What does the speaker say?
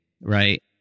right